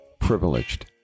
privileged